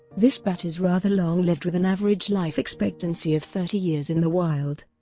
this bat is rather long-lived with an average life expectancy of thirty years in the wild.